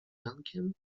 jankiem